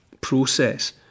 process